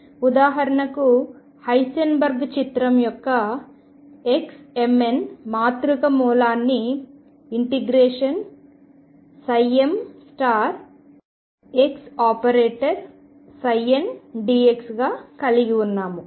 ఉదాహరణకు హైసెన్బర్గ్ చిత్రం లో xmn మాతృక మూలకాన్ని ∫mxndx గా కలిగి ఉన్నాము